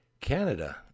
Canada